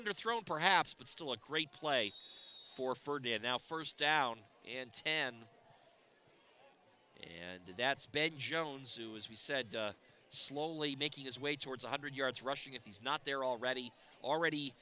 under thrown perhaps but still a great play for ferdinand now first down in ten and that's big jones who as we said slowly making his way towards a hundred yards rushing if he's not there already already